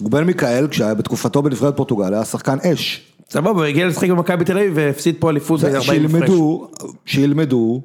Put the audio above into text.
בן מיכאל, כשהיה בתקופתו בנבחרת פורטוגל היה שחקן אש. סבבה, הוא הגיע לשחק במכבי תל-אביב, והפסיד פה אליפות ב-40 הפרש. שילמדו, שילמדו...